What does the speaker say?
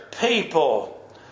people